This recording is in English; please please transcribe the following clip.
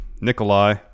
Nikolai